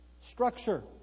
structure